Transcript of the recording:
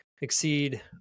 exceed